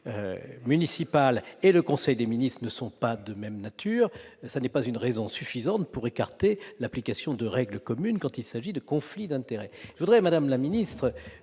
municipales et le conseil des ministres ne sont pas de même nature, ce n'est pas une raison suffisante pour écarter l'application de règles communes quand il s'agit de conflits d'intérêts. Tout à fait ! Madame la garde